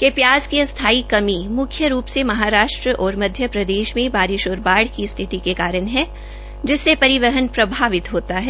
कि प्याज़ की अस्थायी कमी मुख्य रूप से महाराष्ट्र और मध्य प्रदेश में बारिश और बाढ़ की स्थिति के कारण है जिससे परिवहन प्रभावित होता है